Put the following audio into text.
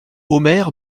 omer